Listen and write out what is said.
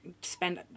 spend